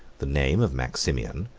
the name of maximian,